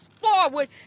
forward